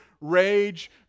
rage